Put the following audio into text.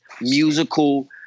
musical